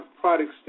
products